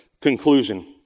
conclusion